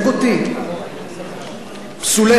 פסולי חיתון,